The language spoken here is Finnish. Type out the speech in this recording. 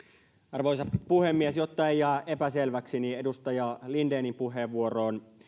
arvoisa puhemies jotta ei jää epäselväksi niin edustaja lindenin puheenvuoroon